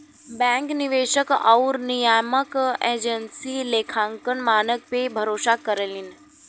bank निवेशक आउर नियामक एजेंसियन लेखांकन मानक पे भरोसा करलीन